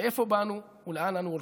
מאיפה באנו ולאן אנו הולכים.